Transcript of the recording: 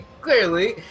clearly